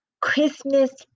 Christmas